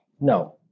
No